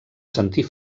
sentir